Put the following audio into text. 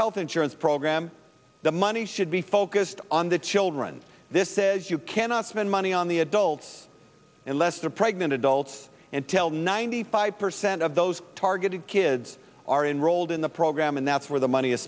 health insurance program the money should be focused on the children this says you cannot spend money on the adults unless they're pregnant adults and tell ninety five percent of those targeted kids are enrolled in the program and that's where the money is